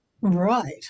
right